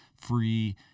free